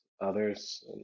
others